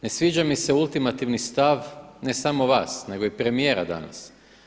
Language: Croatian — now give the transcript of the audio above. Ne sviđa mi se ultimativni stav, ne samo vas nego i premijera danas.